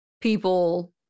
people